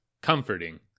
comforting